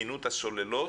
תקינות הסוללות,